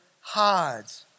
hides